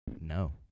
No